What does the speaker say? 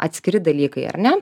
atskiri dalykai ar ne